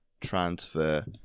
transfer